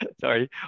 sorry